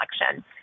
election